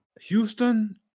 Houston